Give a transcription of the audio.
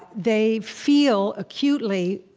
they feel acutely,